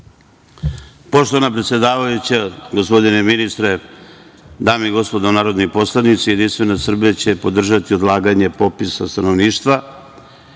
Poštovana predsedavajuća, gospodine ministre, dame i gospodo narodni poslanici, JS će podržati odlaganje popisa stanovništva